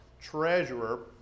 treasurer